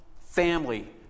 family